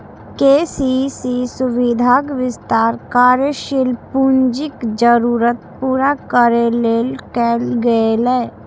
KCC सुविधाक विस्तार कार्यशील पूंजीक जरूरत पूरा करै लेल कैल गेलै